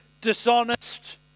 dishonest